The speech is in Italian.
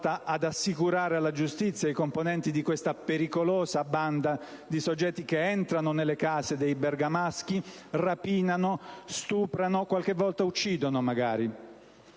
ad assicurare alla giustizia i componenti di questa pericolosa banda di soggetti che entrano nelle case dei bergamaschi, rapinano, stuprano e qualche volta uccidono.